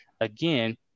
Again